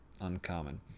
uncommon